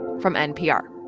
from npr